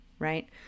right